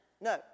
No